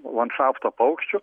landšafto paukščių